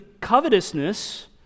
covetousness